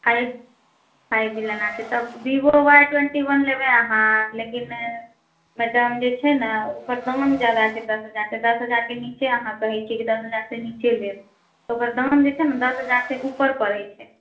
five G लेना छै तब विवो वाई ट्वेन्टी वन लेबै अहाँ लेकिन ओकर दाम जे छै ने ओ ओकर दाम जादा छै दस हजार सऽ दस हजार सऽ नीचे अहाँ कहै छियै कि दस हजार सऽ नीचे लेब ओकर दाम जे छै ने दस हजार से ऊपर पड़ै छै